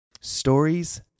Stories